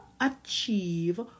achieve